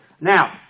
Now